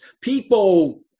People